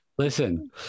Listen